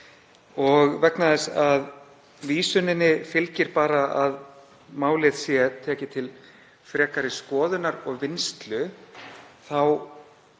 Og vegna þess að vísuninni fylgir bara að málið sé tekið til frekari skoðunar og vinnslu þá